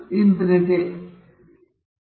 ಮು ನಿರಂತರ ಸಂಭವನೀಯತೆ ವಿತರಣಾ ಕಾರ್ಯದ ಸರಾಸರಿ